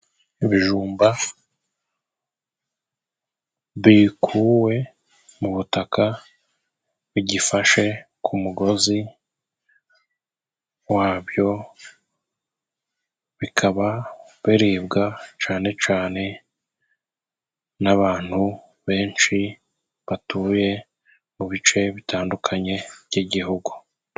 Ibijumba bikuwe mu butaka bugifashe ku mugozi wabyo, bikaba biribwa cane cane n'abantu benshi batuye mu bice bitandukanye by'igihugu.